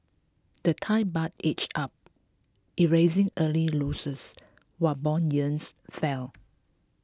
the Thai Baht edged up erasing early losses while bond yields fell